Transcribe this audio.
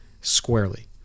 squarely